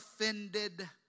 offended